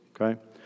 Okay